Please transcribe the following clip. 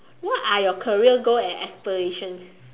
what are your career goal and aspirations